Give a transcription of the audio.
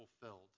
fulfilled